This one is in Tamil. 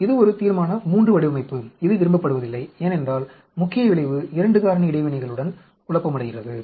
இது ஒரு தீர்மான III வடிவமைப்பு இது விரும்பப்படுவதில்லை ஏனென்றால் முக்கிய விளைவு 2 காரணி இடைவினைகளுடன் குழப்பமடைகிறது